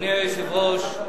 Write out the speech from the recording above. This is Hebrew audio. אדוני היושב-ראש,